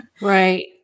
Right